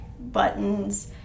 buttons